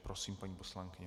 Prosím, paní poslankyně.